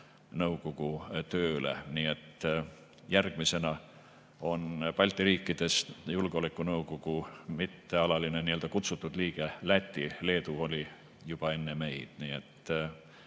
tööle. Järgmisena on Balti riikidest julgeolekunõukogu mittealaline kutsutud liige Läti. Leedu oli juba enne meid.